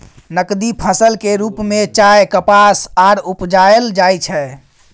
नकदी फसल के रूप में चाय, कपास आर उपजाएल जाइ छै